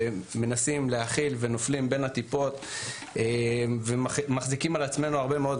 מנסים להכיל ונופלים בין הטיפות ומחזיקים על עצמנו הרבה מאוד.